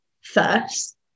first